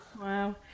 Wow